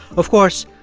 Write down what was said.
of course,